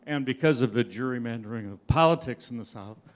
and because of the gerrymandering of politics in the south,